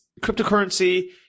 cryptocurrency